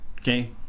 Okay